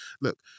Look